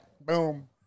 Boom